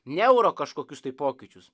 neuro kažkokius tai pokyčius